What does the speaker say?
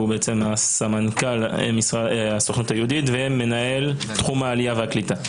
סמנכ"ל הסוכנות היהודית ומנהל תחום העלייה והקליטה.